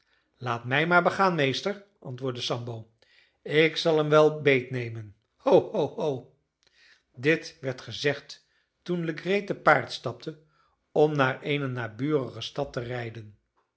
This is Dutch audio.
laat mij maar begaan meester antwoordde sambo ik zal hem wel beetnemen ho ho ho dit werd gezegd toen legree te paard stapte om naar eene naburige stad te rijden